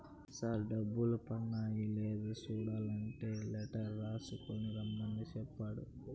sir డబ్బులు పన్నాయ లేదా సూడలంటే లెటర్ రాసుకు రమ్మని సెప్పాడు